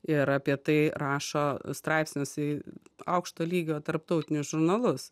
ir apie tai rašo straipsnius į aukšto lygio tarptautinius žurnalus